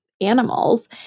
animals